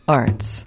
arts